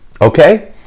okay